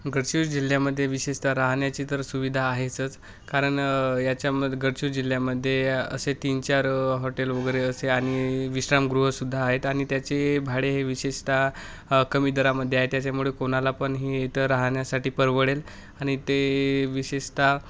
जिल्ह्यामध्ये विशेषतः राहण्याची तर सुविधा आहेचच कारण याच्यामध्ये गडचिर जिल्ह्यामध्ये असे तीन चार हॉटेल वगैरे असे आणि विश्रामगृहसुद्धा आहेत आणि त्याचे भाडे हे विशेषतः कमी दरामध्ये आहे त्याच्यामुळे कोणाला पण हे इथं राहण्यासाठी परवडेल आणि ते विशेषतः